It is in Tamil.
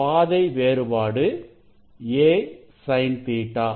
பாதை வேறுபாடு a sin Ɵ